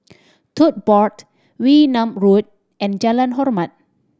Tote Board Wee Nam Road and Jalan Hormat